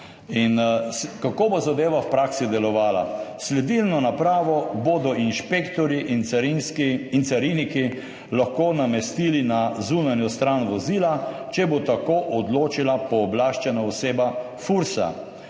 In kako bo zadeva v praksi delovala? Sledilno napravo bodo inšpektorji in cariniki lahko namestili na zunanjo stran vozila, če bo tako odločila pooblaščena oseba Fursa,